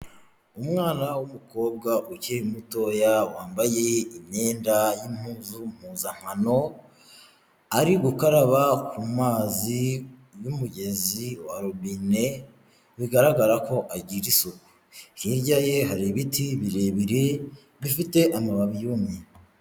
Umwana w'umukobwa ukiri mutoya, wambaye imyenda y'impuzu mpuzankano, ari gukaraba ku mazi y'umugezi wa robine bigaragara ko agira isuku, hirya ye hari ibiti birebire bifite amababi yumye.